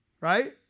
right